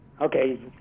Okay